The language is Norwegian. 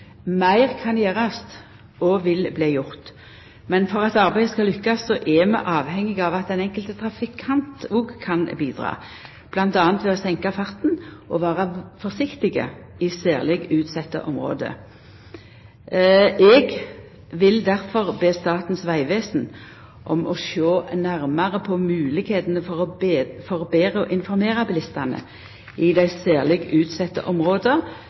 Meir kan gjerast og vil bli gjort, men for at arbeidet skal lukkast, er vi avhengige av at den enkelte trafikanten òg kan bidra, bl.a. ved å senka farten og vera forsiktig i særleg utsette område. Eg vil difor be Statens vegvesen om å sjå nærmare på moglegheitene for betre å informera bilistane i dei særleg utsette områda,